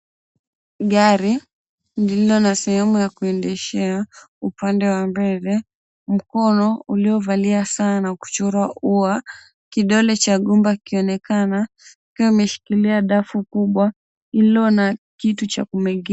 Gari lililo na sehemu ya kuendeshea upande wa mbele, mkono uliovalia saa na kuchorwa ua, kidole cha gumbe kikionekana akiwa ameshikilia dafu kubwa lililo na kitu cha kumegea.